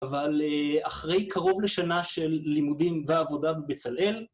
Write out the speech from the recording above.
אבל אחרי קרוב לשנה של לימודים ועבודה בבצלאל,